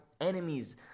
enemies